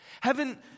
Heaven